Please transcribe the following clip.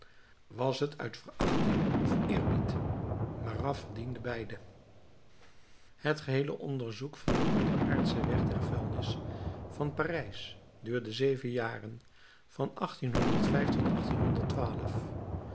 was het uit verachting of eerbied marat verdiende beide het geheele onderzoek van den onderaardschen weg der vuilnis van parijs duurde zeven jaren van